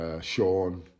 Sean